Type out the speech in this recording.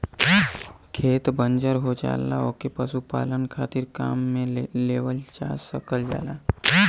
खेत बंजर हो जाला ओके पशुपालन खातिर काम में लेवल जा सकल जाला